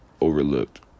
overlooked